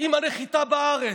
עם הנחיתה בארץ.